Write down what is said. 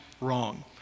wrong